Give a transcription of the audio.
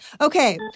Okay